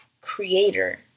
creator